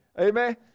Amen